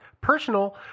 personal